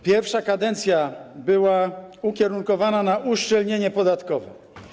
Pierwsza kadencja była ukierunkowana na uszczelnienie podatkowe.